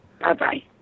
Bye-bye